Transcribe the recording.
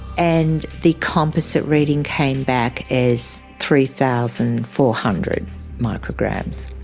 and the composite reading came back as three thousand four hundred micrograms.